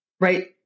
right